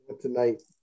tonight